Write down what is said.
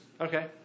Okay